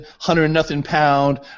hundred-nothing-pound